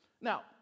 Now